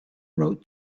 wrote